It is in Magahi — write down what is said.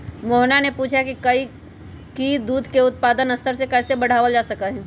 मोहना ने पूछा कई की दूध के उत्पादन स्तर के कैसे बढ़ावल जा सका हई?